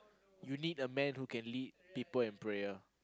you need a man who can lead people in prayer